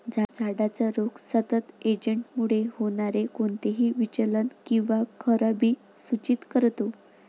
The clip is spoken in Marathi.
झाडाचा रोग सतत एजंटमुळे होणारे कोणतेही विचलन किंवा खराबी सूचित करतो